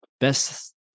Best